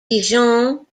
dijon